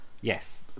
Yes